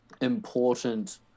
important